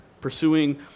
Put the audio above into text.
Pursuing